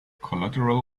collateral